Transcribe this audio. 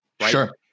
Sure